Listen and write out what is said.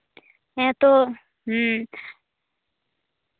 ᱦᱮᱸ ᱛᱚ